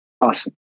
Awesome